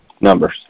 numbers